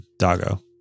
Dago